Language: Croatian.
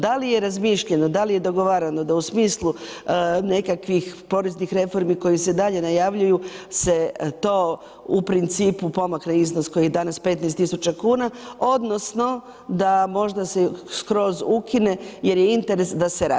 Da li je razmišljeno, da li je dogovarano, da u smislu nekakvih poreznih reformi, koje se i dalje najavljuju se to u principu pomakne iznos koji je danas 15.000 kuna odnosno da možda se skroz ukine jer je interes da se radi.